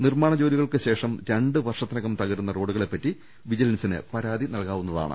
നിർമ്മാണ് ജോലികൾക്ക് ശേഷം രണ്ടു വർഷ ത്തിനകം തകരുന്ന റോഡുകളെപ്പറ്റി വിജിൽൻസിന് പരാതി നൽകാവുന്ന താണ്